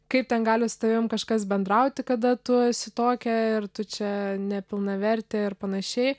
kaip ten gali su tavimi kažkas bendrauti kada tu esi tokia ir tu čia nepilnavertė ir panašiai